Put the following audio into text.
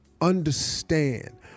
understand